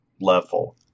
level